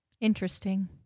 Interesting